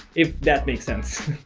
if that makes sense!